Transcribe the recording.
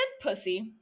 pussy